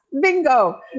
bingo